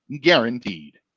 guaranteed